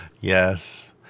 yes